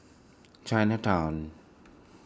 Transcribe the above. Chinatown